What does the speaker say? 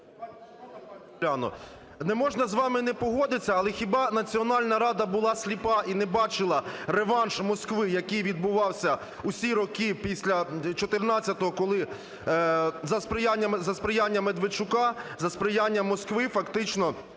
Не можна з вами не погодитися, але хіба Національна рада була сліпа і не бачила реванш Москви, який відбувався всі роки після 14-го? Коли за сприяння Медведчука, за сприяння Москви, фактично